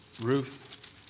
Ruth